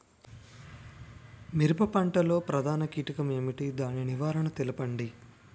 మిరప పంట లో ప్రధాన కీటకం ఏంటి? దాని నివారణ తెలపండి?